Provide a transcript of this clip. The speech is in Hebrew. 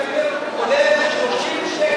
עולה 30 שקל בחודש.